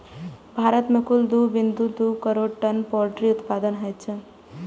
भारत मे कुल दू बिंदु दू करोड़ टन पोल्ट्री उत्पादन होइ छै